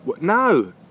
No